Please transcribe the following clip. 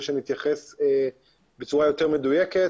ושנתייחס בצורה מדויקת.